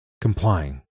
complying